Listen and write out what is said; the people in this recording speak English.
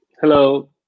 hello